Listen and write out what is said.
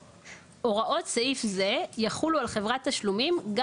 "הוראות סעיף זה יחולו על חברת תשלומים גם